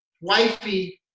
Wifey